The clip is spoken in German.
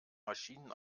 maschinen